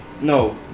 No